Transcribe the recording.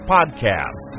Podcast